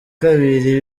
kabiri